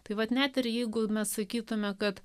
tai vat net ir jeigu mes sakytumėme kad